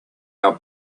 our